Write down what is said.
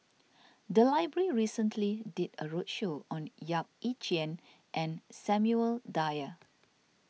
the library recently did a roadshow on Yap Ee Chian and Samuel Dyer